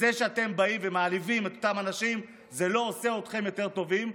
זה שאתם באים ומעליבים את אותם אנשים זה לא עושה אתכם יותר טובים.